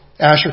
Asher